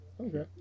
Okay